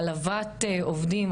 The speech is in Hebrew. העלבת עובדים,